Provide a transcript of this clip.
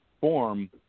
form